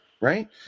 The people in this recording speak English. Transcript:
Right